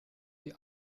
die